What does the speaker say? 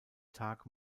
tag